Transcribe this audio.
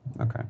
Okay